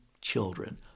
children